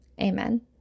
Amen